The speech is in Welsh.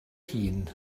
hun